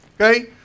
Okay